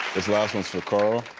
this last one's for carl.